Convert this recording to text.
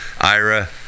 Ira